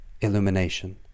illumination